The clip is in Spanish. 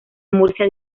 murcia